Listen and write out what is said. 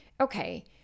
okay